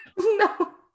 No